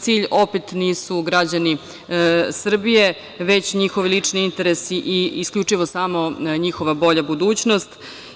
Cilj opet nisu građani Srbije već njihov lični interesi i isključivo samo njihova bolja budućnost.